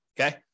Okay